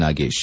Nagesh